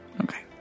Okay